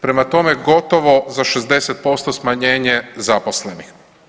Prema tome, gotovo za 60% smanjenje zaposlenih.